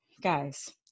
guys